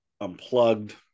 Unplugged